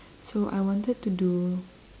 so I wanted to do